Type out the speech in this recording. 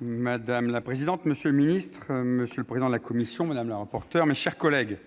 Madame la présidente, monsieur le secrétaire d'État, mes chers collègues,